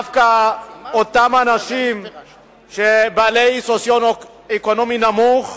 דווקא אותם אנשים בעלי מעמד סוציו-אקונומי נמוך: